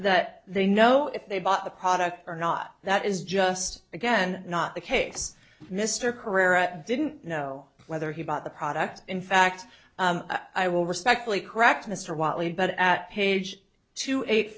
that they know if they bought the product or not that is just again not the case mr career at didn't know whether he bought the product in fact i will respectfully correct mr whitely but at page two eight